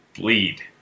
bleed